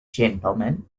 gentlemen